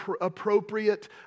appropriate